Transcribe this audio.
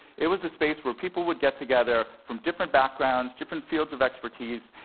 it was a space where people would get together, from different backgrounds, different fields of expertise,